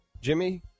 Jimmy